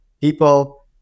people